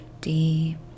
deep